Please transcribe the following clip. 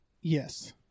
yes